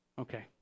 Okay